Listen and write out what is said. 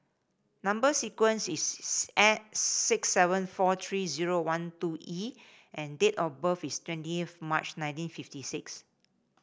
number sequence is six seven four three zero one two E and date of birth is twentieth March nineteen fifty six